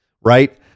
right